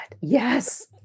Yes